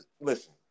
Listen